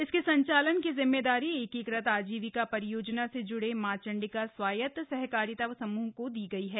इसके संचालन की जिम्मेदारी एकीकृत आजीविका रियोजना से जुड़े मां चण्डिका स्वायत्त सहकारिता समूह को दी गई है